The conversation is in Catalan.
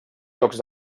llocs